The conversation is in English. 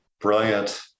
Brilliant